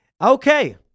Okay